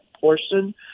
portion